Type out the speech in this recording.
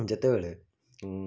ଯେତେବେଳେ